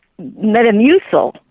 Metamucil